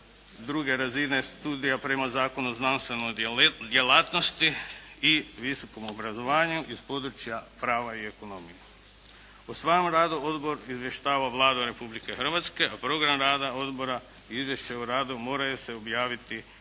druge razine studija prema Zakonu o znanstvenoj djelatnosti i visokom obrazovanju iz područja prava i ekonomije. O svome radu odbor izvještava Vladu Republike Hrvatske, a program rada odbora i izvješće o radu moraju se objaviti i